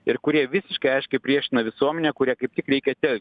ir kurie visiškai aiškiai priešina visuomenę kurią kaip tik reikia telkti